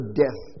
death